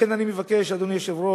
לכן, אני מבקש, אדוני היושב-ראש,